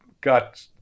got